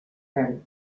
veu